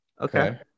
Okay